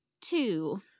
two